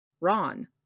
Ron